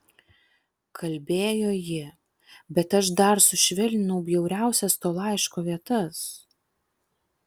kalbėjo ji bet aš dar sušvelninau bjauriausias to laiško vietas